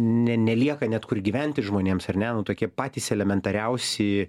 ne nelieka net kur gyventi žmonėms ar ne nu tokie patys elementariausi